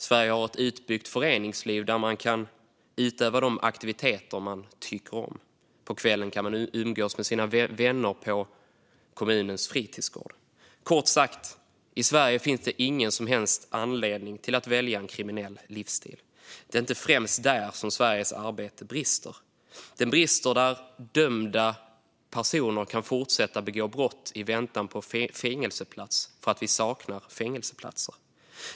Sverige har också ett utbyggt föreningsliv där man kan utöva de aktiviteter man tycker om. På kvällen kan man umgås med sina vänner på kommunens fritidsgård. Kort sagt: I Sverige finns det ingen som helst anledning att välja en kriminell livsstil. Det är inte främst där som Sveriges arbete brister. Det brister där dömda personer kan fortsätta att begå brott i väntan på fängelsestraff för att vi saknar fängelseplatser.